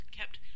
kept